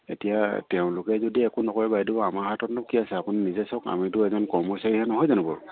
এতিয়া তেওঁলোকে যদি একো নকৰে বাইদেউ আমাৰ হাততনো কি আছে আপুনি নিজে চাওঁক না আমিতো এজন কৰ্মচাৰী হে নহয় জানো বাৰু